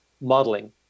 Modeling